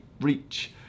reach